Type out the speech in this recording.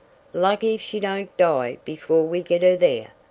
lucky if she don't die before we get her there.